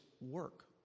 work